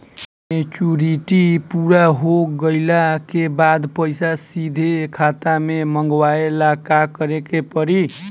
Maturity पूरा हो गइला के बाद पईसा सीधे खाता में मँगवाए ला का करे के पड़ी?